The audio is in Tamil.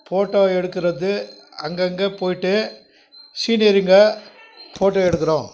ஃபோட்டோ எடுக்கிறது அங்கங்கே போய்விட்டு சீனரிருங்க ஃபோட்டோ எடுக்கிறோம்